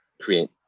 create